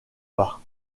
bas